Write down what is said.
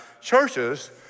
churches